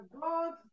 God